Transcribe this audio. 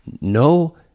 No